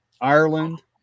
Ireland